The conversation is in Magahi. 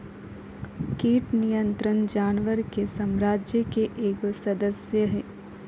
कीट नियंत्रण जानवर के साम्राज्य के एगो सदस्य हइ